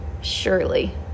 surely